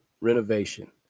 renovation